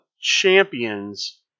champions